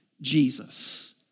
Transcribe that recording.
Jesus